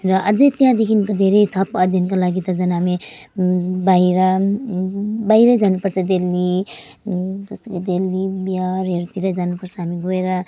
र अझै त्यहाँदेखिको धेरै थप अध्ययनको लागि त झन् हामी बाहिर बाहिरै जानुपर्छ दिल्ली जस्तो कि दिल्ली बिहारहरूतिर जानुपर्छ हामी गएर